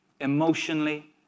emotionally